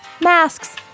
masks